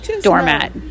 doormat